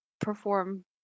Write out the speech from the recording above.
perform